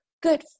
good